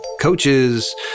coaches